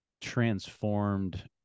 transformed